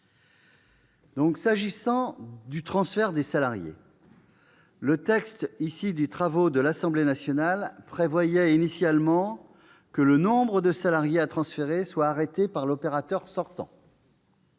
concerne le transfert des salariés, le texte issu des travaux de l'Assemblée nationale prévoyait que le nombre de salariés à transférer soit arrêté par l'opérateur sortant.